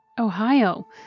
Ohio